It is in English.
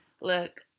look